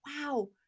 wow